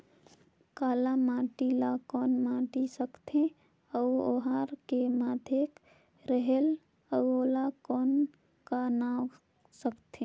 काला माटी ला कौन माटी सकथे अउ ओहार के माधेक रेहेल अउ ओला कौन का नाव सकथे?